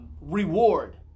reward